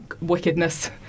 wickedness